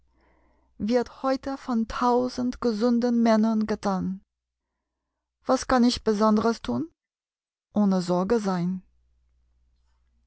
wird heute von tausend gesunden männern getan was kann ich besonderes tun ohne sorge sein